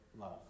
love